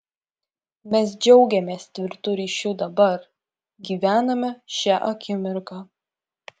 mes džiaugiamės tvirtu ryšiu dabar gyvename šia akimirka